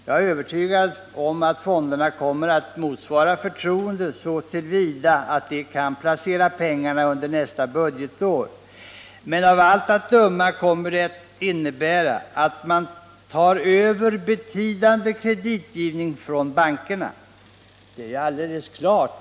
Jag är övertygad om att fonderna kommer att motsvara förtroendet så till vida att de kan placera pengarna under nästa budgetår, men av allt att döma kommer det att innebära att man tar över betydande kreditgivning från bankerna. Det är helt klart.